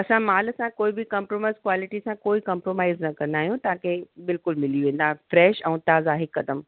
असां माल सां कोई बि कंप्रोमाइज कॉलिटी सां कोई कंप्रोमाइज न कंदा आहियूं तव्हांखे बिल्कुलु मिली वेंदा फ़्रेश ऐं ताज़ा हिकदमि